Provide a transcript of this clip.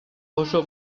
oso